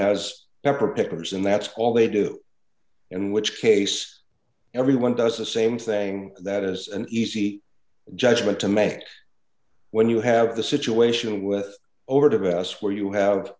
pickers and that's all they do in which case everyone does the same thing that is an easy judgement to make when you have the situation with over to the us where you have